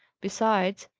besides,